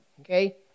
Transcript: Okay